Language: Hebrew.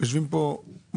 יושבים פה משקיעים